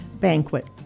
Banquet